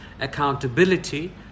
accountability